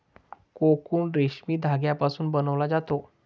cocoon रेशीम धाग्यापासून बनवला जातो